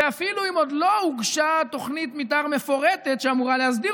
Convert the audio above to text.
ואפילו אם עוד לא הוגשה תוכנית מתאר מפורטת שאמורה להסדיר